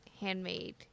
handmade